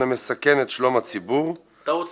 המסכן את שלום הציבור --- רק שנייה,